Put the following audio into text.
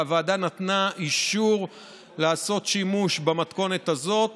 והוועדה נתנה אישור לעשות שימוש במתכונת הזאת